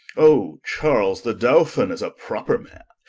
oh, charles the dolphin is a proper man,